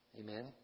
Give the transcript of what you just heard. Amen